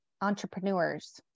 entrepreneurs